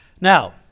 Now